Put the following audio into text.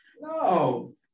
No